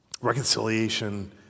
Reconciliation